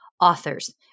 authors